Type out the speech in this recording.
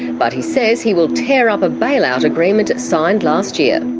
but he says he will tear up a bailout agreement signed last year.